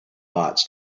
bots